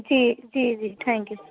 جی جی جی thank you